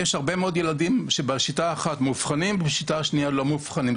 יש הרבה מאוד ילדים שבשיטה אחת מאובחנים ובשיטה השנייה לא מאובחנים.